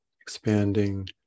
expanding